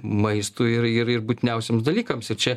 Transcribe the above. maistui ir ir ir būtiniausiems dalykams ir čia